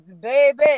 baby